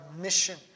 mission